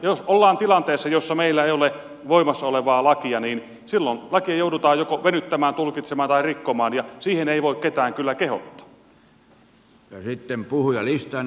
jos ollaan tilanteessa jossa meillä ei ole voimassa olevaa lakia niin silloin lakia joudutaan joko venyttämään tulkitsemaan tai rikkomaan ja siihen ei voi ketään kyllä kehottaa